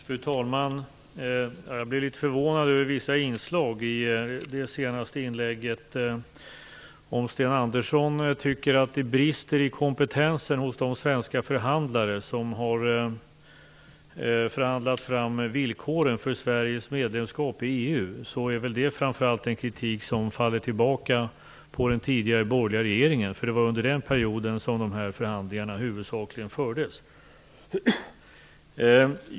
Fru talman! Jag blir litet förvånad över vissa inslag i det senaste inlägget. Om Sten Andersson tycker att det brister i kompetensen hos de svenska förhandlare som har förhandlat fram villkoren för Sveriges medlemskap i EU är det en kritik som framför allt faller tillbaka på den tidigare borgerliga regeringen. Det var under den perioden som förhandlingarna huvudsakligen fördes.